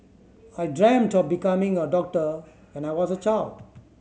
I dreamt of becoming a doctor when I was a child